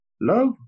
Love